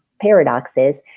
paradoxes